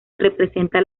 representa